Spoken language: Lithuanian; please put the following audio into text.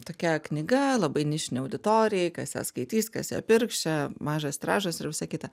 tokia knyga labai nišinei auditorijai kas ją skaitys kas ją pirks čia mažas tiražas ir visa kita